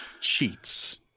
cheats